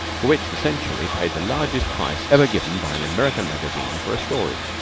for which the century paid the largest price ever given by an american magazine for a story.